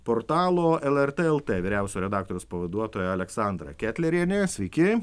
portalo lrt lt vyriausiojo redaktoriaus pavaduotoja aleksandra ketlerienė sveiki